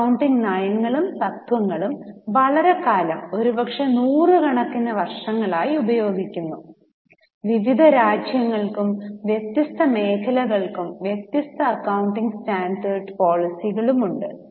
accounting നയങ്ങളും തത്വങ്ങളും വളരെക്കാലം ഒരു പക്ഷേ നൂറുകണക്കിന് വർഷങ്ങളായി ഉപയോഗിക്കുന്നു വിവിധ രാജ്യങ്ങൾക്കും വ്യത്യസ്ത മേഖലകൾക്കും വ്യത്യസ്ത അക്കൌണ്ടിംഗ് സ്റ്റാൻഡേർഡ് പോളിസികളുണ്ട്